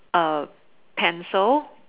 A pencil